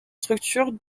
structure